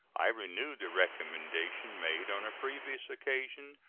i renew the recommendation made on a previous occasion,